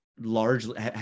largely